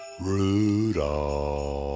Rudolph